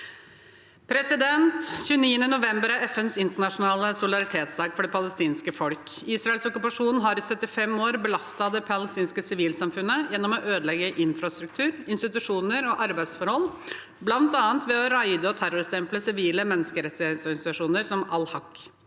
«29. november er FNs internasjonale solidaritetsdag for det palestinske folk. Israels okkupasjon har i 75 år belastet det palestinske sivilsamfunnet gjennom å ødelegge infrastruktur, institusjoner og arbeidsforhold, blant annet ved å raide og terrorstemple sivile menneskerettsorganisasjoner som Al-Haq.